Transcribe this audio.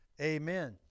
Amen